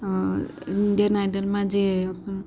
Indian આઇડલમાં જે